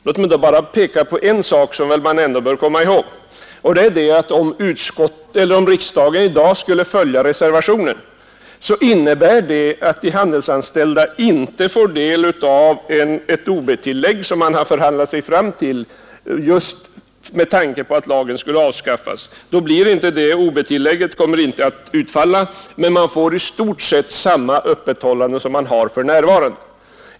Låt mig då bara peka på en sak, som man bör komma ihåg, nämligen den att om riksdagen i dag skulle följa reservationen finge det till följd att de handelsanställda inte får det ob-tillägg som de har förhandlat sig fram till, just därför att lagen skulle avskaffas. Då utgår inte detta ob-tillägg, men de anställda får i stort sett samma öppethållandetider som för närvarande.